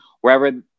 wherever